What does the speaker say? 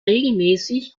regelmäßig